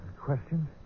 Questions